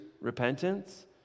repentance